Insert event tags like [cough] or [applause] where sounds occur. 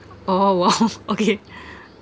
oh !wow! [laughs] okay